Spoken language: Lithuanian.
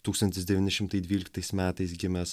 tūkstantis devyni šimtai dvyliktais metais gimęs